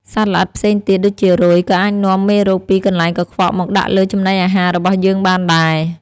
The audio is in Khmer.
សត្វល្អិតផ្សេងទៀតដូចជា រុយ ក៏អាចនាំមេរោគពីកន្លែងកខ្វក់មកដាក់លើចំណីអាហាររបស់យើងបានដែរ។